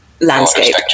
landscape